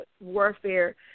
warfare